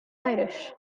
irish